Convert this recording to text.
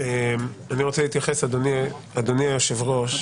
אדוני יושב הראש,